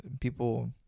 people